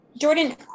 Jordan